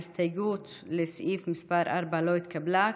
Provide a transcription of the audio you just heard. ההסתייגות לסעיף מס' 4 לא התקבלה.